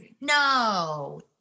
No